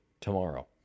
tomorrow